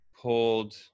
pulled